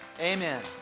amen